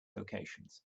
locations